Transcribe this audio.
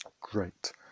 Great